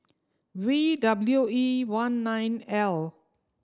V W E one nine L